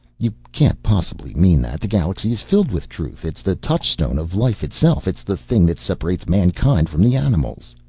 you can't possibly mean that. the galaxy is filled with truth, it's the touchstone of life itself. it's the thing that separates mankind from the animals.